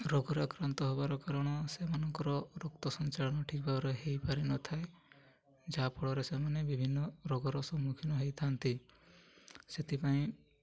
ରୋଗରେ ଆକ୍ରାନ୍ତ ହେବାର କାରଣ ସେମାନଙ୍କର ରକ୍ତ ସଞ୍ଚାଳନ ଠିକ୍ ଭାବରେ ହେଇପାରିନଥାଏ ଯାହାଫଳରେ ସେମାନେ ବିଭିନ୍ନ ରୋଗର ସମ୍ମୁଖୀନ ହେଇଥାନ୍ତି ସେଥିପାଇଁ